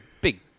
big